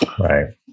Right